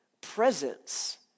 presence